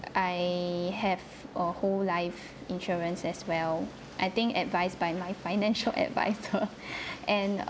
I have a whole life insurance as well I think advised by my financial advisor and